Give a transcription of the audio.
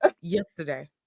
yesterday